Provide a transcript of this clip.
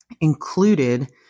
included